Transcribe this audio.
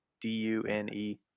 D-U-N-E